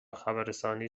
خبررسانی